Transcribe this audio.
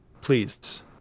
please